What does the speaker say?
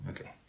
Okay